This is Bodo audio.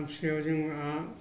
आमथिसुवायाव जोंहा